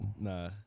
Nah